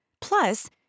Plus